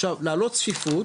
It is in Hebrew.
עכשיו להעלות צפיפות,